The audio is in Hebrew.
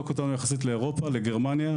יחסית לאירופה, למשל לגרמניה.